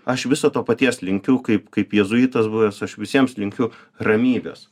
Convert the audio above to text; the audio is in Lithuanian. aš visad to paties linkiu kaip kaip jėzuitas buvęs aš visiems linkiu ramybės